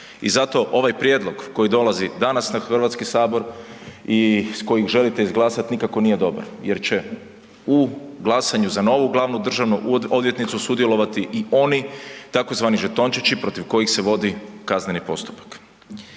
i zato ovaj prijedlog koji dolazi danas na Hrvatski sabor i s kojih želite izglasati nikako nije dobar jer će u glasanju za novu glavnu državnu odvjetnicu sudjelovati i oni tzv. žetončići protiv kojih se vodi kazneni postupak.